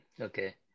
Okay